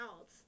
else